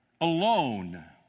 alone